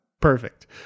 perfect